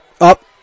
up